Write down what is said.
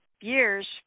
years